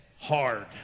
hard